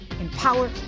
empower